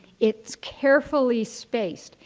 it's carefully spaced.